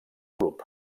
club